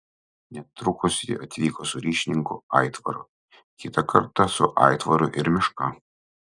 netrukus ji atvyko su ryšininku aitvaru kitą kartą su aitvaru ir meška